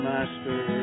Master